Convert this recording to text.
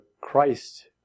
Christ